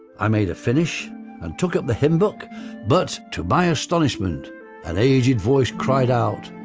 i made a finish and took up the hymn book but to by astonishment an aged voice cried out.